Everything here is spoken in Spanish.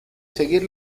seguir